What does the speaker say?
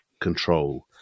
control